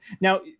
Now